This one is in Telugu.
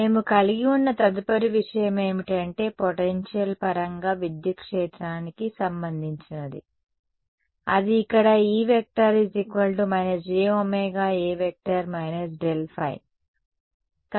మేము కలిగి ఉన్న తదుపరి విషయం ఏమిటంటే పొటెన్షియల్ పరంగా విద్యుత్ క్షేత్రానికి సంబంధించినది అది ఇక్కడ E jωA ϕ